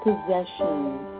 possessions